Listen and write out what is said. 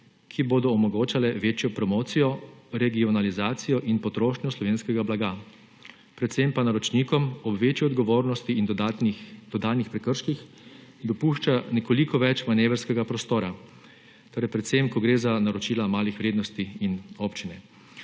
ki bodo omogočale večjo promocijo, regionalizacijo in potrošnjo slovenskega blaga, predvsem pa naročnikom ob večji odgovornosti in dodanih prekrških dopušča nekoliko več manevrskega prostora, torej predvsem ko gre za naročila malih vrednosti in občine.